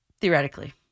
theoretically